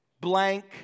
blank